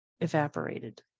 evaporated